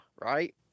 right